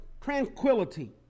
tranquility